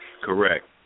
Correct